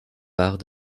bars